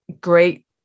great